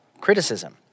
criticism